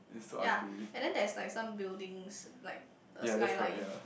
yea and then there is like some buildings like a sky line